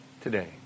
today